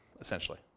essentially